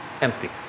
empty